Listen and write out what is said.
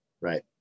right